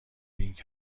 بینگ